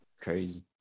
Crazy